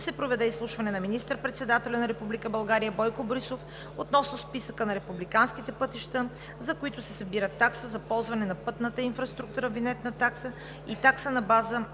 се проведе изслушване на министър-председателя на Република България Бойко Борисов относно списъка на републиканските пътища, за които се събират такси за ползване на пътната инфраструктура – винетна такса и такса на база